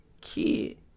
kid